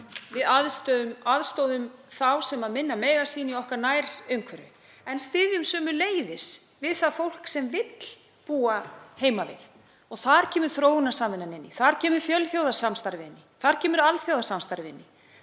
við aðstoðum þá sem minna mega sín í okkar nærumhverfi en styðjum sömuleiðis við það fólk sem vill búa heima við og þar kemur þróunarsamvinnan inn í. Þar kemur að fjölþjóðasamstarfi og alþjóðasamstarfi.